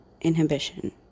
inhibition